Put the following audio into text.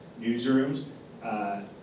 newsrooms